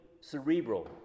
cerebral